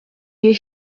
you